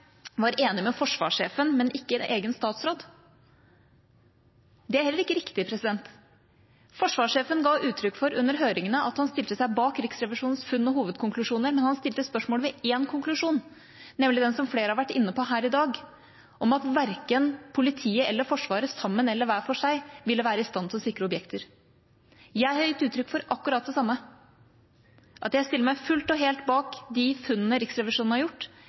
var enig med forsvarssjefen, men ikke med egen statsråd. Det er heller ikke riktig. Forsvarssjefen ga uttrykk for under høringene at han stilte seg bak Riksrevisjonens funn og hovedkonklusjoner, men han stilte spørsmål ved én konklusjon, nemlig den som flere har vært inne på her i dag, om at verken politiet eller Forsvaret, sammen eller hver for seg, ville være i stand til å sikre objekter. Jeg har gitt uttrykk for akkurat det samme, at jeg stiller meg fullt og helt bak de funnene Riksrevisjonen har gjort,